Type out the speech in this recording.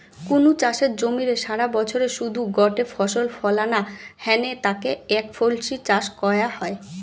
কুনু চাষের জমিরে সারাবছরে শুধু গটে ফসল ফলানা হ্যানে তাকে একফসলি চাষ কয়া হয়